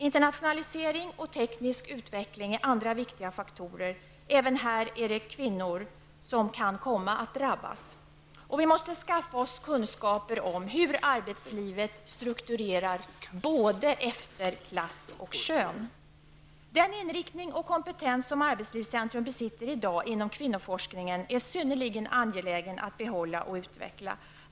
Internationalisering och teknisk utveckling är andra viktiga faktorer. Även här är det kvinnor som kan komma att drabbas. Vi måste skaffa oss kunskaper om hur arbetslivet strukturerar efter både klass och kön. Den inriktning och kompetens som arbetslivscentrum besitter i dag inom kvinnoforskningen är synnerligen angelägen att behålla och utveckla.